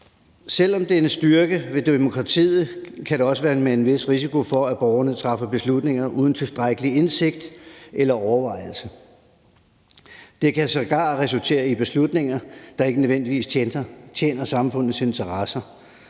Selv om det kan styrke demokratiet, kan det også være med en vis risiko for, at borgerne træffer beslutninger uden tilstrækkelig indsigt eller overvejelse. Det kan sågar resultere i beslutninger, der ikke nødvendigvis tjener samfundets interesser,